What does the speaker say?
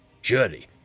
Surely